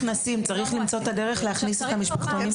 צריך למצוא את הדרך להכניס פנימה את המשפחתונים.